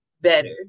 better